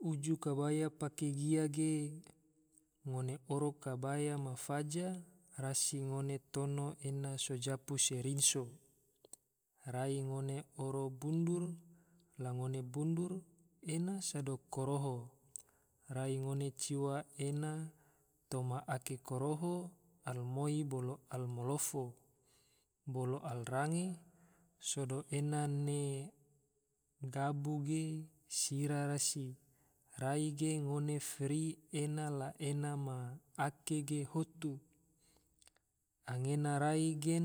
Uju kabaya pake gia ge, ngone oro kanbaya ma faja, rasi ngone oro ena so japu se rinso, rai ngone bundur, bundur ena sodo koroho, rai ngone ciwa ena toma ake koroho, alamoi bolo ala malofo bolo ala range, sodo ena na gabu ge sira rasi, rai ge ngone fri ena la ena ma ake ge hotu, anggena rai ge